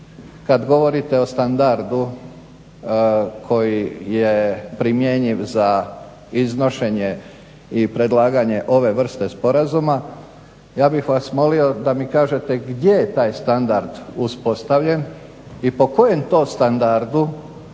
kad govorite o standardu koji je primjenjiv za iznošenje i predlaganje ove vrste sporazuma. Ja bih vas molio da mi kažete gdje je taj standard uspostavljen i po kojem to standardu